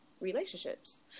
relationships